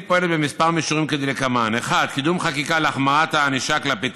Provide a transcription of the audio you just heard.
1. קידום חקיקה להחמרת הענישה כלפי